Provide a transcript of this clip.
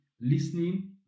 listening